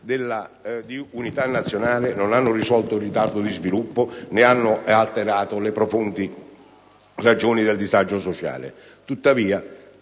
di unità nazionale non hanno risolto il ritardo di sviluppo né hanno alterato le profonde ragioni del disagio sociale. Tuttavia,